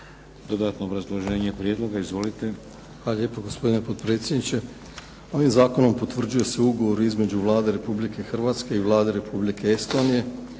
dodatno obrazloženje prijedloga. Izvolite. **Bošnjaković, Dražen (HDZ)** Hvala lijepo gospodine potpredsjedniče. Ovim zakonom potvrđuje se ugovor između Vlade Republike Hrvatske i Vlade Republike Estonije